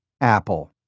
Apple